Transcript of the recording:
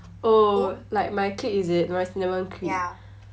oh like my clique is it clique